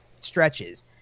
stretches